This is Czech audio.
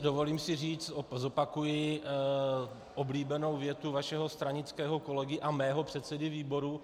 Dovolím si říct, zopakuji oblíbenou větu vašeho stranického kolegy a mého předsedy výboru.